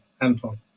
Anton